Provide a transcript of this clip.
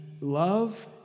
love